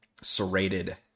serrated